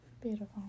Beautiful